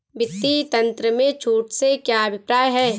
वित्तीय तंत्र में छूट से क्या अभिप्राय है?